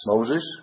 Moses